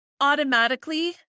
automatically